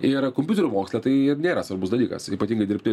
ir kompiuterių moksle tai nėra svarbus dalykas ypatingai dirbtinio